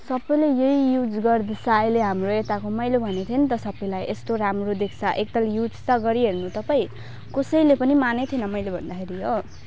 सबले यही युज गर्दैछ अहिले हाम्रो यताको मैले भनेको थियो नि त सबलाई यस्तो राम्रो देख्छ एक ताल युज त गरी हेर्नु तपाईँ कसैले पनि मानेको थिएन मैले भन्दाखेरि हो